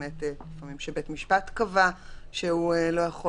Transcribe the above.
משהו שלפעמים בית משפט קבע שהוא לא יכול